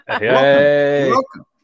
welcome